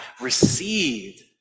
received